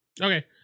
Okay